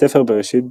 בספר בראשית,